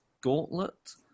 gauntlet